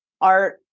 art